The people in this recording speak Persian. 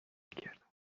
کردم